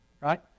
right